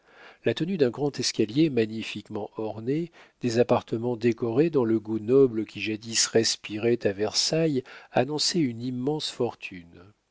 la tenue d'un grand escalier magnifiquement orné des appartements décorés dans le goût noble qui jadis respirait à versailles annonçaient une immense fortune